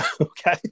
Okay